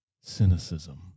cynicism